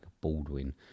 Baldwin